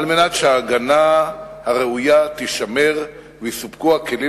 על מנת שההגנה הראויה תישמר ויסופקו הכלים